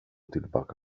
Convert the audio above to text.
tillbaka